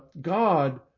God